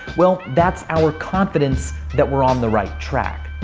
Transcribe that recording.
well, that's our confidence that we're on the right track.